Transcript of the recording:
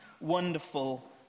wonderful